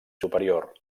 superior